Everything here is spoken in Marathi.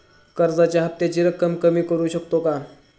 कर्जाच्या हफ्त्याची रक्कम कमी करू शकतो का?